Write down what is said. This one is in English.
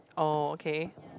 oh okay